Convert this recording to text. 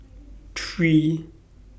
three